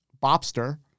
Bobster